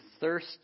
thirst